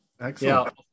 Excellent